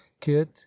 kit